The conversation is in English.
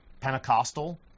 Pentecostal